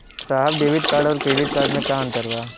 साहब debit card और credit card में का अंतर बा?